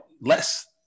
Less